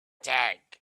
tank